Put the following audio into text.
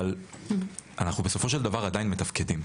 אבל אנחנו בסופו של דבר עדיין מתפקדים.